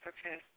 Okay